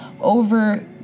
over